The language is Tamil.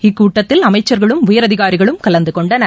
இக்கூட்டத்தில் அமைச்சர்களும் உயர் அதிகாரிகளும் கலந்துகொண்டனர்